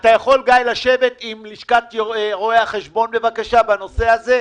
אתה יכול לשבת עם לשכת רואי החשבון בנושא הזה,